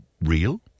real